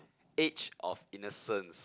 age of innocence